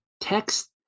text